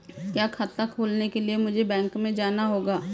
क्या खाता खोलने के लिए मुझे बैंक में जाना होगा?